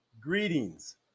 Greetings